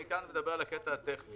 אני מדבר כאן על הקטע הטכני